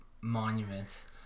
monuments